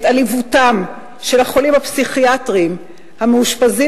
את עליבותם של החולים הפסיכיאטריים המאושפזים